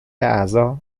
اعضا